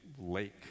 lake